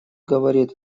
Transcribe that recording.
говорит